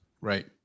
Right